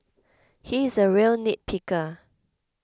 he is a real nitpicker